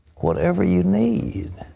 whatever you need.